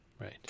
right